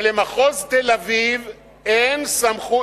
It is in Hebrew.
שלמחוז תל-אביב אין סמכות